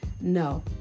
No